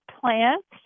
plants